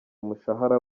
umushahara